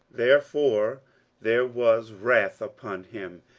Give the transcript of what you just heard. therefore there was wrath upon him,